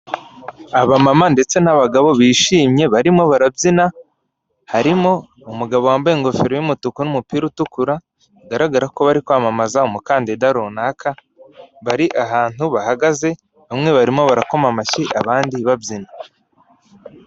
Abamama ndetse n'abagabo bishimye barimo barabyina harimo umugabo wambaye ingofero y'umutuku ndetse n'umupira utukura bigaragara ko bari kwamamaza umukandida runaka bari ahantu bahagaze bamwe barimo barakoma amashyi abandi babyina.